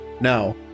no